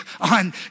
on